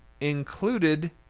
included